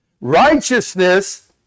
Righteousness